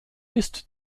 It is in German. ist